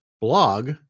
blog